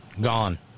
gone